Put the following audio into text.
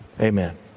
Amen